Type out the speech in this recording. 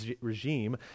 regime